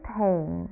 pain